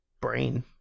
Brain